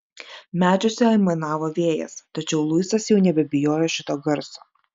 medžiuose aimanavo vėjas tačiau luisas jau nebebijojo šito garso